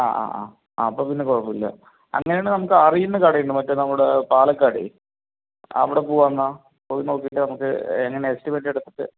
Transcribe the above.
അ അ ആ ആ അപ്പോൾ പിന്നെ കുഴപ്പമില്ല അങ്ങനാണെൽ നമുക്കറിയുന്ന കടയുണ്ട് മറ്റേ നമ്മടെ പാലക്കാട് അവിടെ പോകാം എന്നാൽ പോയി നോക്കിയിട്ട് നമുക്ക് എങ്ങനെയാണ് എസ്റ്റിമേറ്റെടുത്തിട്ട്